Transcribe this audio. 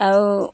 আৰু